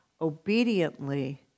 obediently